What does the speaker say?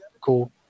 Cool